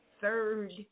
third